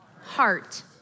heart